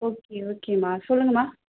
okay ஓகேம்மா சொல்லுங்கம்மா